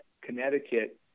Connecticut